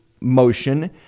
motion